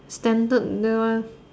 standard that one